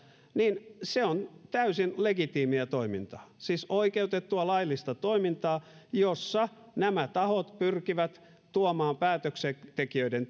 on täysin legitiimiä toimintaa siis oikeutettua laillista toimintaa jossa nämä tahot pyrkivät tuomaan päätöksentekijöiden